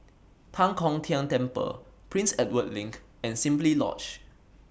Tan Kong Tian Temple Prince Edward LINK and Simply Lodge